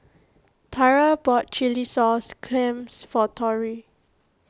Tyra bought Chilli Sauce Clams for Lorrie